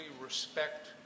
respect